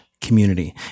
community